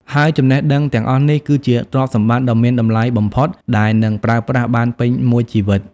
ហើយចំណេះដឹងទាំងអស់នេះ គឺជាទ្រព្យសម្បត្តិដ៏មានតម្លៃបំផុតដែលនឹងប្រើប្រាស់បានពេញមួយជីវិត។